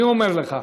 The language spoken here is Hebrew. אני אומר לך,